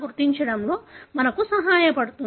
మాట్లాడుతున్నారు